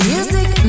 Music